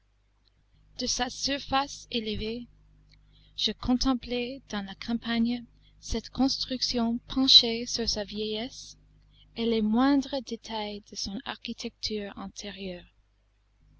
de sa surface élevée je contemplais dans la campagne cette construction penchée sur sa vieillesse et les moindres détails de son architecture intérieure